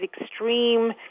extreme